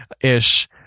ish